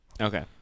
Okay